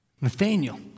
Nathaniel